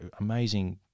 amazing